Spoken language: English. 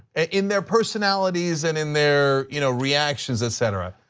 in their personalities and in their you know reactions, etc,